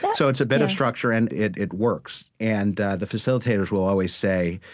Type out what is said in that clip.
yeah so it's a better structure, and it it works. and the facilitators will always say,